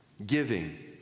Giving